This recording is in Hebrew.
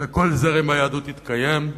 וכל זרם ביהדות יתקיים.